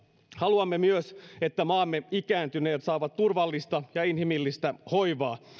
haluamme myös että maamme ikääntyneet saavat turvallista ja inhimillistä hoivaa